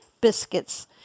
biscuits